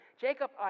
Jacob